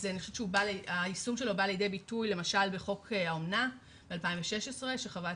אני חושבת שהיישום שלו בא לידי ביטוי למשל בחוק האמנה מ-2016 שח"כ